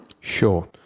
Sure